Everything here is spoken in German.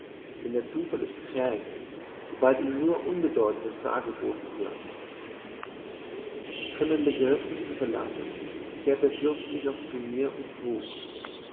denn der zufall ist träge sobald ihm nur unbedeutendes dargeboten wird schon im begriff mich zu verlassen kehrte der fürst sich noch zu mir und frug